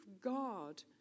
God